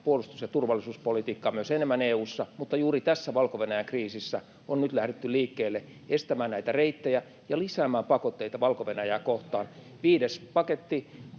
puolustus- ja turvallisuuspolitiikkaa myös enemmän EU:ssa. Mutta juuri tässä Valko-Venäjä-kriisissä [Perussuomalaisten ryhmästä: Taas se kompassi!] on nyt lähdetty liikkeelle estämään näitä reittejä ja lisäämään pakotteita Valko-Venäjää kohtaan. Viides pakotepaketti